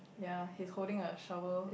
ya he's holding a shower